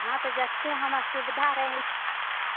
हँ तऽ जतेक हमरा सुविधा रहै